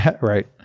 Right